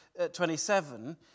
27